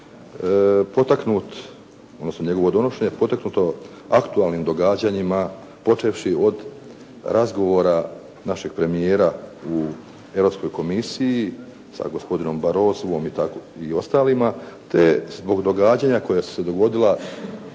potaknut, odnosno njegovo donošenje potaknuto aktualnim događanjima počevši od razgovora našeg premijera u Europskoj komisiji sa gospodinom … /Govornik se ne razumije./ … i ostalima te zbog događanja koja su se dogodila,